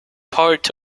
part